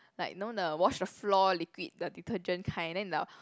like you know the wash the floor liquid the detergent kind then the